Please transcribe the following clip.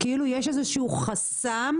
הפריפריה חייבת לקבל עדיפות בשינוי של 180 מעלות.